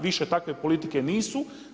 Više takve politike nisu.